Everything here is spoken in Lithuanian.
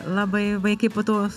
labai vaikai po to